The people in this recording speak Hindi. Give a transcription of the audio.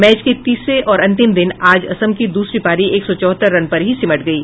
मैच के तीसरे और अंतिम दिन आज असम की दूसरी पारी एक सौ चौहत्तर रन पर ही सिमट गयी